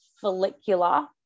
follicular